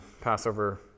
Passover